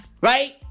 Right